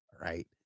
right